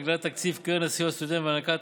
הגדלת תקציב קרן הסיוע לסטודנטים והענקת